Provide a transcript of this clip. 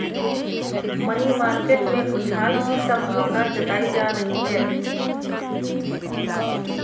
money market में उछाल की संभावना जताई जा रही है